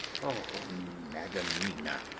oh, madam mina,